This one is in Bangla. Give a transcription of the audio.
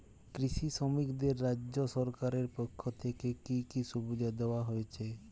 কৃষি শ্রমিকদের রাজ্য সরকারের পক্ষ থেকে কি কি সুবিধা দেওয়া হয়েছে?